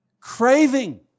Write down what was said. craving